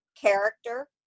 character